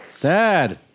Dad